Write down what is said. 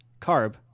carb